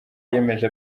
yiyemeje